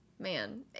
Man